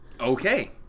Okay